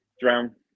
drown